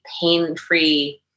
pain-free